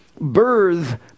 Birth